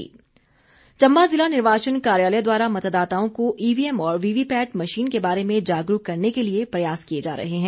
Chamba DC Chamba जिला निर्वाचन कार्यालय द्वारा मतदाताओं को ईवीएम और वीवीपैट मशीन के बारे में जागरूक करने के लिए प्रयास किए जा रहे हैं